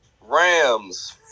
Rams